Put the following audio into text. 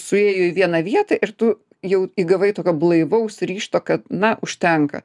suėjo į vieną vietą ir tu jau įgavai tokio blaivaus ryžto kad na užtenka